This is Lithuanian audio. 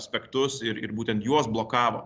aspektus ir ir būtent juos blokavo